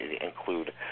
include